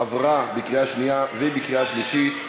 (תיקון מס' 82) עברה בקריאה שנייה ובקריאה שלישית.